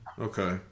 Okay